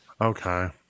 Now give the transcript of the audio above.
Okay